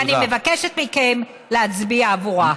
ואני מבקשת מכם להצביע עבורה.